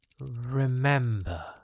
remember